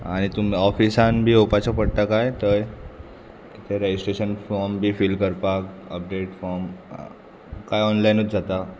आनी तुमी ऑफिसान बी येवपाचें पडटा काय थंय तें रेजिस्ट्रेशन फॉर्म बी फील करपाक अपडेट फॉर्म कांय ऑनलायनूच जाता